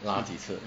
拉几次